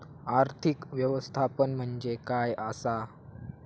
आर्थिक व्यवस्थापन म्हणजे काय असा?